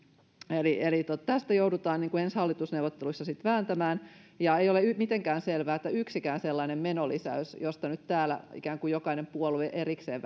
eli eli tästä joudutaan ensi hallitusneuvotteluissa sitten vääntämään ja ei ole mitenkään selvää että yksikään sellainen menolisäys jota nyt täällä ikään kuin jokainen puolue erikseen